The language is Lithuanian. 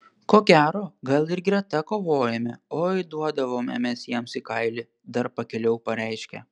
ko gero gal ir greta kovojome oi duodavome mes jiems į kailį dar pakiliau pareiškė